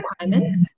Requirements